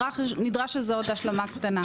נדרשת עוד איזו השלמה קטנה.